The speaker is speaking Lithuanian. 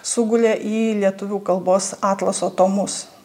sugulė į lietuvių kalbos atlaso tomus